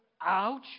ouch